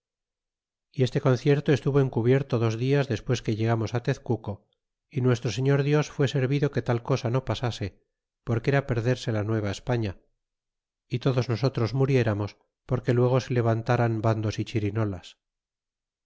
y este concierto estuvo encubierto dos dias despues que llegamos á tezcuco y nuestro señor dios fue servido que tal cosa no pasase porque era perderse la nueva españa y todos nosotros muriéramos porque luego se levantaran bandos y chirinolas